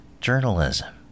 journalism